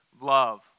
love